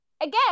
again